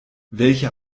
welche